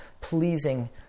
pleasing